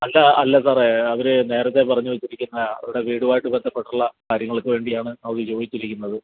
അല്ലാ അല്ല സാറേ അവർ നേരത്തെ പറഞ്ഞു വെച്ചിരിക്കുന്ന അവരുടെ വീടുമായിട്ട് ബന്ധപ്പെട്ടിട്ടുള്ള കാര്യങ്ങൾക്ക് വേണ്ടിയാണ് അവർ ചോദിച്ചിരിക്കുന്നത്